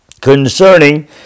concerning